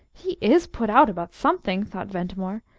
he is put out about something! thought ventimore.